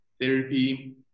therapy